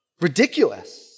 Ridiculous